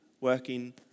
working